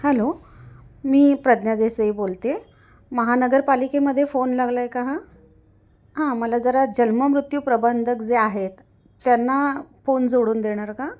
hello मी प्रज्ञा देसाई बोलतेय महानगरपालिकेमध्ये फोन लागलाय का ह हां मला जरा जन्म मृत्यू प्रबंधक जे आहेत त्यांना फोन जोडून देणार का